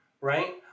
right